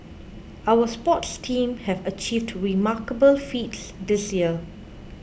our sports teams have achieved remarkable feats this year